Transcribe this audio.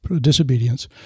disobedience